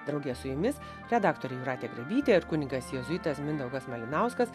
drauge su jumis redaktorė jūratė grabytė ir kunigas jėzuitas mindaugas malinauskas